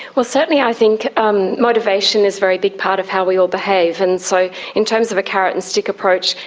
well, certainly i think um motivation is a very big part of how we all behave, and so in terms of a carrot and stick approach,